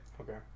okay